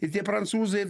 ir tie prancūzai